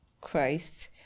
Christ